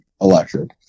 electric